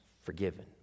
forgiven